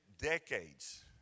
decades